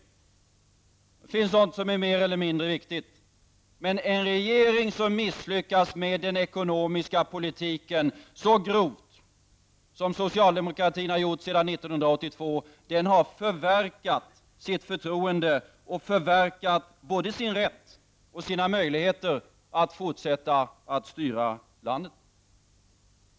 Det finns sådant som är mer eller mindre viktigt, men en regering som misslyckas med den ekonomiska politiken så grovt som den socialdemokratiska har gjort sedan 1982 har förverkat sitt förtroende och både sin rätt och sina möjligheter att fortsätta att styra landet.